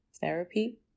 therapy